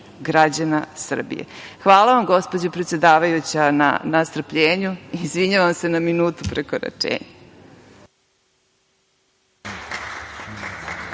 građana Srbije. Hvala vam, gospođo predsedavajuća, na strpljenju. Izvinjavam se na minutu prekoračenja.